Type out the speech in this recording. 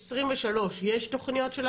2023 יש תכניות?